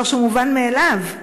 דבר שהוא מובן מאליו,